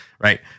right